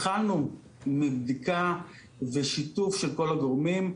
אנחנו התחלנו מבדיקה ושיתוף של כל הגורמים.